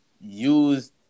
use